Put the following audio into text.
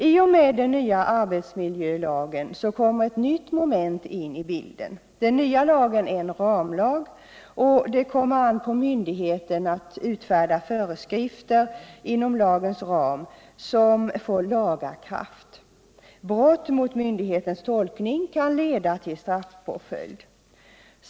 I och med den nya arbetsmiljölagen kommer ett nytt moment in i bilden. Den nya lagen är en ramlag och det kommer an på myndigheten att utfärda föreskrifter inom lagens ram som får laga kraft. Brott mot myndighetens 13 tolkning kan leda till straffpåföljd.